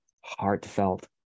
heartfelt